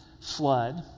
flood